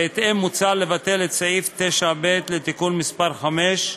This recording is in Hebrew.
בהתאם, מוצע לבטל את סעיף 9(ב) לתיקון מס' 5,